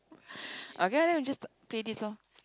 okay lah then we just play this lor